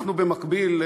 אנחנו במקביל,